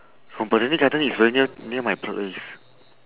from botanic gardens is very near near my place